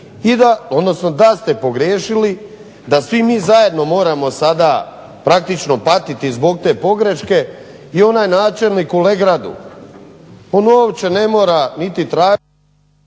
da ste pogriješili, da svi mi zajedno moramo sada praktično patiti zbog te pogreške i onaj načelnik u Legradu on uopće ne treba niti tražiti